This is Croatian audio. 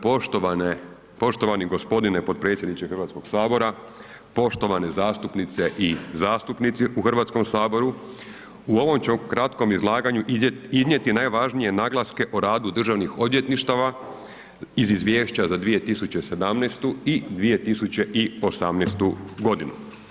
Poštovane, poštovani gospodine potpredsjedniče Hrvatskog sabora, poštovane zastupnice i zastupnici u Hrvatskom saboru u ovom ću kratkom izlaganju iznijeti najvažnije naglaske o radu državnih odvjetništava iz Izvješća za 2017. i 2018. godinu.